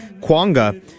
Kwanga